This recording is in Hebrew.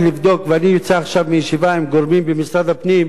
אני יוצא עכשיו מישיבה עם גורמים במשרד הפנים על